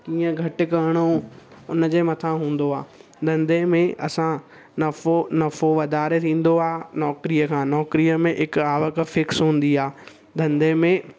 कीअं घटि करिणो उनजे मथा हूंदो आहे धंधे में असां नफ़ो नफ़ो वधारे थींदो आहे नौकिरीअ खां नौकिरीअ में हिकु आवक फिक्स हूंदी आहे धंधे में